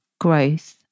growth